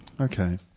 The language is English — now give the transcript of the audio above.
Okay